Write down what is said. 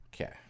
Okay